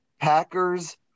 Packers